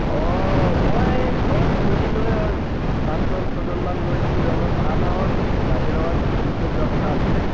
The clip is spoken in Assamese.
অ' মই এই ঘৰৰ ফেমিলি লৈ পাঁচজন ছয়জনমান লৈ পিনি লগত অহা মাহত কাজিৰঙা ফুৰিবলৈ যোৱা কথা আছিলে